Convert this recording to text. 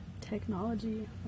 Technology